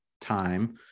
time